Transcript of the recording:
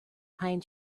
pine